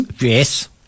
Yes